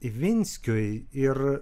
ivinskiui ir